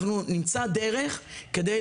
ואני קורא לכך גם מהפגישה הזאת,